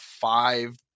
five